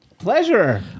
pleasure